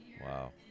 Wow